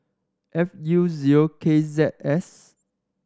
F U zero K Z S